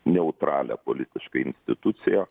neutralią politiškai instituciją